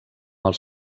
els